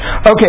Okay